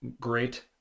great